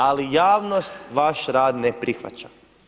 Ali javnost vaš rad ne prihvaća.